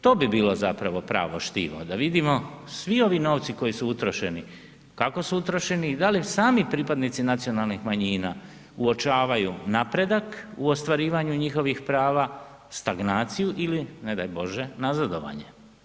To bi bilo zapravo pravo štivo, da vidimo svi ovi novci koji su utrošeni kako su utrošeni i da li sami pripadnici nacionalnih manjina uočavaju napredak u ostvarivanju njihovih prava, stagnaciju ili ne daj bože nazadovanje.